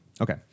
Okay